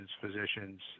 physicians